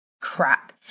crap